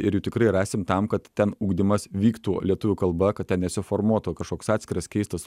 ir jų tikrai rasim tam kad ten ugdymas vyktų lietuvių kalba kad ten nesiformuotų kažkoks atskiras keistas